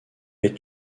est